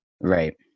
Right